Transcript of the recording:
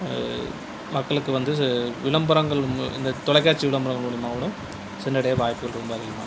மக்களுக்கு வந்து விளம்பரங்கள் இந்த தொலைக்காட்சி விளம்பரங்கள் மூலியமாக கூட சென்றடைய வாய்ப்புகள் ரொம்ப அதிகமா இருக்கு